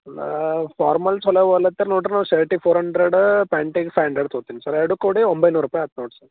ನಾನು ಫಾರ್ಮಲ್ಸ್ ಚಲೋ ಹೊಲೆತಿನ್ ನೋಡಿರಿ ನಾವು ಶರ್ಟಿಗೆ ಫೋರ್ ಅಂಡ್ರೆಡಾ ಪ್ಯಾಂಟಿಗೆ ಫೈವ್ ಅಂಡ್ರೆಡ್ ತಗೋತಿನಿ ಸರ್ ಎರಡೂ ಕೂಡಿ ಒಂಬೈನೂರು ರೂಪಾಯಿ ಆಯ್ತ್ ನೋಡಿ ಸರ್